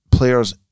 players